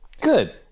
Good